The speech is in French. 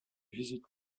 visite